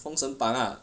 封神榜 lah